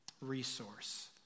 resource